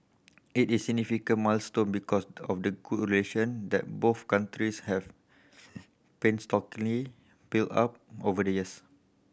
it is significant milestone because of the good relation that both countries have painstakingly built up over the years